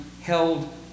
held